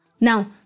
Now